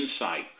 insight